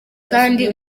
kandi